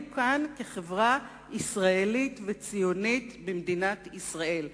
כאן כחברה ישראלית וציונית במדינת ישראל.